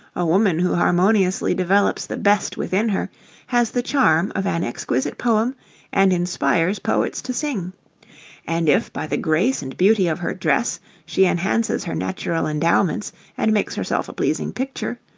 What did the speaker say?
a woman who harmoniously develops the best within her has the charm of an exquisite poem and inspires poets to sing and if by the grace and beauty of her dress she enhances her natural endowments and makes herself a pleasing picture,